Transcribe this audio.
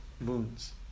boons